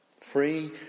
free